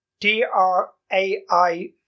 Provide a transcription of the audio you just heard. D-R-A-I